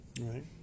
Right